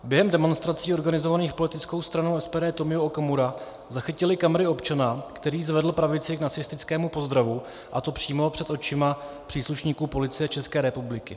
Během demonstrací organizovaných politickou stranou SPD Tomio Okamura zachytily kamery občana, který zvedl pravici k nacistickému pozdravu, a to přímo před očima příslušníků Policie České republiky.